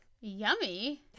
Yummy